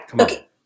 Okay